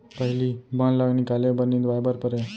पहिली बन ल निकाले बर निंदवाए बर परय